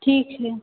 ठीक है